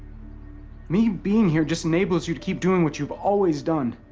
me being here just enables you to keep doing what you've always done.